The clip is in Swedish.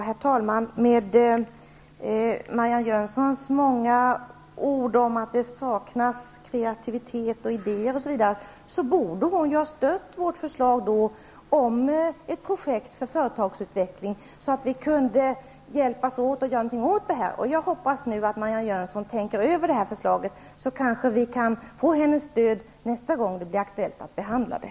Herr talman! Med Marianne Jönssons många ord om att det saknas kreativitet och idéer, osv., borde hon ju stödja vårt förslag om ett projekt för företagsutveckling. Vi skulle då kunna hjälpas åt att göra någonting åt det här problemet. Jag hoppas att Marianne Jönsson tänker över förslaget. Vi kan kanske få hennes stöd nästa gång det blir aktuellt att behandla det.